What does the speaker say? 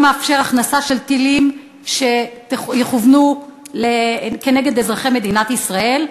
מאפשר הכנסת טילים שיכוונו נגד אזרחי מדינת ישראל.